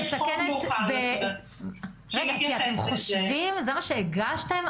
זה מה שהגשתם?